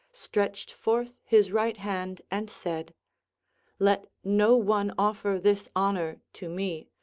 stretched forth his right hand and said let no one offer this honour to me.